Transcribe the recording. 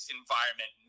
environment